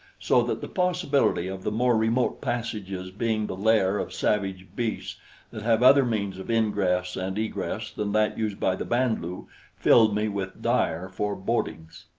so that the possibility of the more remote passages being the lair of savage beasts that have other means of ingress and egress than that used by the band-lu filled me with dire forebodings.